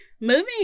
Moving